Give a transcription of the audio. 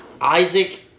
Isaac